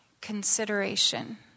consideration